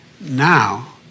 Now